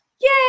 Yay